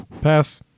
Pass